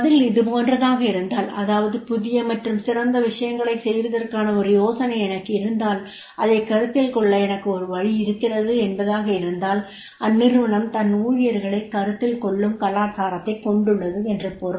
பதில் இதுபோன்றதாக இருந்தால் அதாவது புதிய மற்றும் சிறந்த விஷயங்களைச் செய்வதற்கான ஒரு யோசனை எனக்கு இருந்தால் அதைக் கருத்தில் கொள்ள எனக்கு ஒரு வழி இருக்கிறது என்பதாக இருந்தால் அந்நிறுவனம் தன் ஊழியர்களைக் கருத்தில் கொள்ளும் கலாச்சாரத்தைக் கொண்டுள்ளது என்று பொருள்